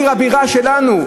בעיר הבירה שלנו.